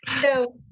So-